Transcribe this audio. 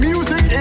Music